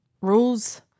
rules